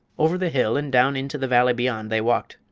over the hill and down into the valley beyond they walked,